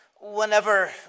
whenever